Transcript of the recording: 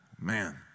Man